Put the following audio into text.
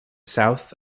south